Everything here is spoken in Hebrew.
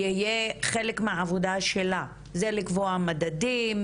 חלק מהעבודה שלה זה לקבוע מדדים,